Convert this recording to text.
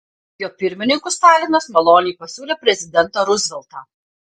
jo pirmininku stalinas maloniai pasiūlė prezidentą ruzveltą